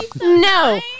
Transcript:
No